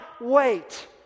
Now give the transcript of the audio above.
wait